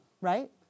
right